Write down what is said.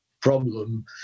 problem